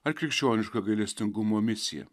ar krikščionišką gailestingumo misiją